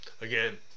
again